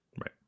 right